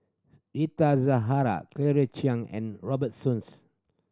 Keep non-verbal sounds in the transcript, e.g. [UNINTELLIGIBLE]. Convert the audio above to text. Rita Zahara Claire Chiang and Robert Soon [UNINTELLIGIBLE]